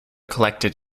collected